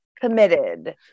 committed